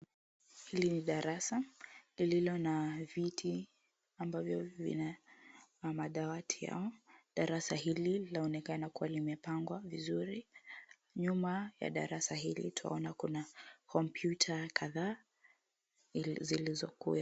Hili ni darasa liliko na viti ambavyo vina madawati. Darasa hili laonekana kuwa limepangwa vizuri. Nyuma ya darasa hili, twaona kuwa kuna kompyuta kadhaa zilizokuwepo.